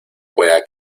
pueda